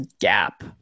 gap